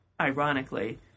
ironically